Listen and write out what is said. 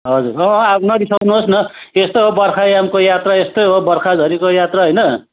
हजुर अँ अब नरिसाउनुहोस् न त्यस्तै हो बर्खायामको यात्रा यस्तै हो बर्खाझरीको यात्रा होइन